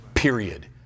Period